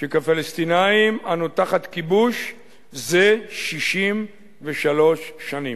שכפלסטינים אנחנו תחת כיבוש זה 63 שנים.